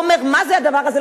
הוא אומר: מה זה הדבר הזה,